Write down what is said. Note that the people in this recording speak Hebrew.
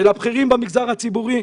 של הבכירים במגזר הציבורי,